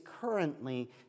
currently